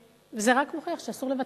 וזה רק מוכיח שאסור לוותר.